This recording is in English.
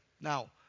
Now